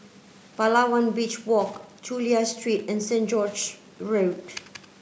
Palawan Beach Walk Chulia Street and Saint George Road